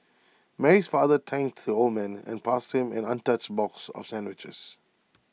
Mary's father thanked the old man and passed him an untouched box of sandwiches